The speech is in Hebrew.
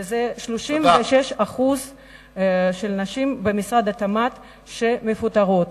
וזה 36% נשים, במשרד התמ"ת, שמפוטרות.